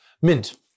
Mint